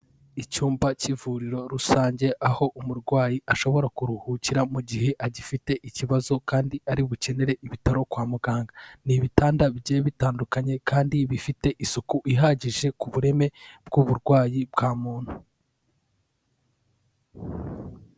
Icyumba cy'ivuriro rusange aho umurwayi ashobora kuruhukira mu gihe agifite ikibazo kandi ari bukenere ibitaro kwa muganga, ni ibitanda bigiye bitandukanye kandi bifite isuku ihagije ku bureme bw'uburwayi bwa muntu.